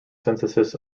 synthesis